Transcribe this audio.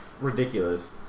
ridiculous